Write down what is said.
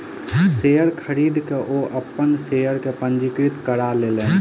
share खरीद के ओ अपन शेयर के पंजीकृत करा लेलैन